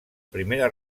primera